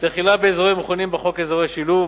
תחילה באזורים המכונים בחוק "אזורי שילוב",